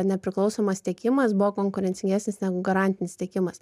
nepriklausomas tiekimas buvo konkurencingesnis negu garantinis tiekimas